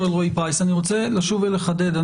אני רוצה לשוב ולחדד.